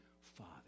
Father